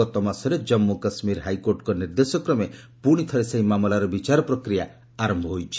ଗତମାସରେ ଜାନ୍ପୁ କାଶ୍ମୀର ହାଇକୋର୍ଟଙ୍କ ନିର୍ଦ୍ଦେଶକ୍ରମେ ପୁଣିଥରେ ସେହି ମାମଲାର ବିଚାର ପ୍ରକ୍ରିୟା ଆରମ୍ଭ ହୋଇଛି